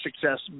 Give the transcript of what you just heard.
success